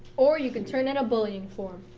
or you can turn in a bullying form.